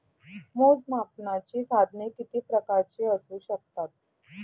मोजमापनाची साधने किती प्रकारची असू शकतात?